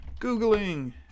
googling